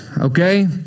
Okay